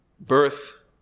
birth